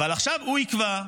אבל עכשיו הוא יקבע.